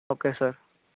okay sir